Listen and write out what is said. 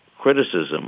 criticism